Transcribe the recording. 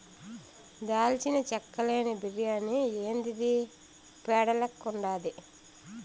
దాల్చిన చెక్క లేని బిర్యాని యాందిది పేడ లెక్కుండాది